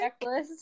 checklist